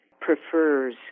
prefers